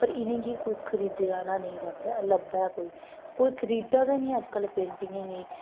पर इनेंगी कोई खरीदने आह्ला नेईं लभदा लब्भै दा कोई कोई खरीददा गै नेईं अज्जकल पेंटिगें गी